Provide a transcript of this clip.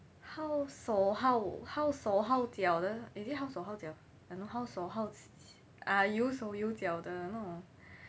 好手好好手好脚的 is it 好手好脚好手好啊有手有脚的那种